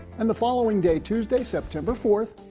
and the following day, tuesday, september fourth,